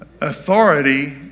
Authority